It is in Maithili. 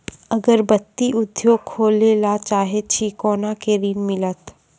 अगरबत्ती उद्योग खोले ला चाहे छी कोना के ऋण मिलत?